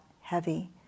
heavy